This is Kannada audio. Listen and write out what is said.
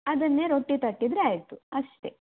ಅದನ್ನೇ ರೊಟ್ಟಿ ತಟ್ಟಿದರೆ ಆಯಿತು ಅಷ್ಟೇ